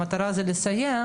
המטרה היא לסייע,